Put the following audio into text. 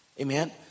amen